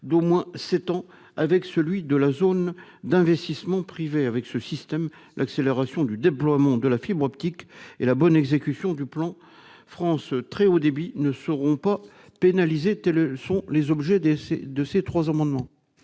d'au moins sept ans avec celui de la zone d'investissement privé. Avec un tel système, l'accélération du déploiement de la fibre optique et la bonne exécution du plan France très haut débit ne seront pas pénalisées. Quel est l'avis de la commission ? Ces amendements